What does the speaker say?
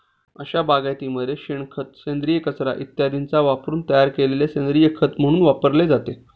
अशा बागायतीमध्ये शेणखत, सेंद्रिय कचरा इत्यादींचा वापरून तयार केलेले सेंद्रिय खत खत म्हणून वापरले जाते